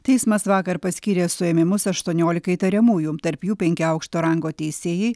teismas vakar paskyrė suėmimus aštuoniolikai įtariamųjų tarp jų penki aukšto rango teisėjai